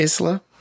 Isla